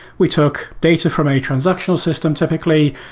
we took data from a transactional system typically.